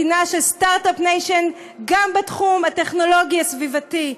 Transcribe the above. start-up nation גם בתחום הטכנולוגי הסביבתי.